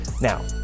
Now